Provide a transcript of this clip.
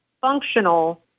functional